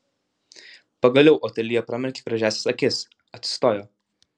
pagaliau otilija pramerkė gražiąsias akis atsistojo